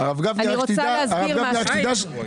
רוצה לשמוע מה היא מציעה.